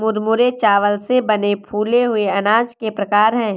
मुरमुरे चावल से बने फूले हुए अनाज के प्रकार है